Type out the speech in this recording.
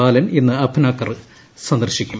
ബാലൻ ഇന്ന് അപ്നാഘർ സന്ദർശിക്കും